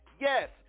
yes